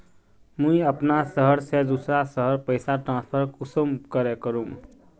मुई अपना शहर से दूसरा शहर पैसा ट्रांसफर कुंसम करे करूम?